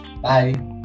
Bye